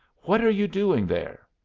what are you doing there?